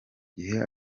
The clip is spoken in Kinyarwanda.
gihe